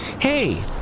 Hey